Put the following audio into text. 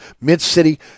Mid-City